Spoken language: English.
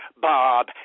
Bob